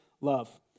love